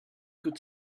could